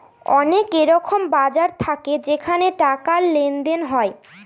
অনেক এরকম বাজার থাকে যেখানে টাকার লেনদেন হয়